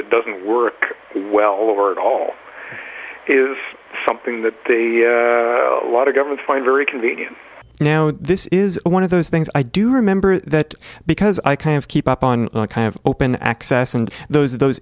that doesn't work well or at all is something that the a lot of governments find very convenient now this is one of those things i do remember that because i kind of keep up on kind of open access and those those